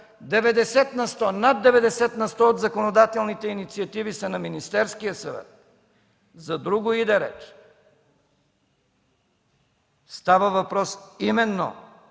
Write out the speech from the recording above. над деветдесет на сто от законодателните инициативи са на Министерския съвет. За друго иде реч. Става въпрос именно